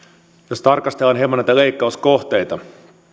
jos tarkastellaan hieman näitä leikkauskohteita